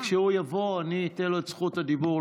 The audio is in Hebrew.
כשהוא יבוא אני אתן לו את זכות הדיבור,